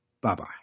Bye-bye